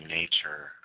nature